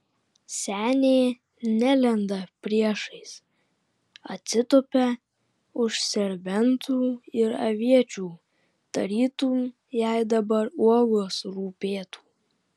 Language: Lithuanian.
senė nelenda priešais atsitupia už serbentų ir aviečių tarytum jai dabar uogos rūpėtų